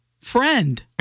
friend